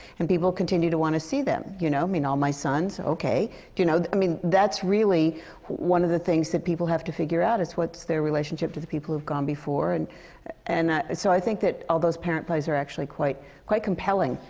and people continue to want to see them. you know? i mean, all my sons. okay. do you know? i mean, that's really one of the things that people have other figure out. is, what's their relationship to the people who've gone before. and and so i think that all those parent plays are actually quite quite compelling.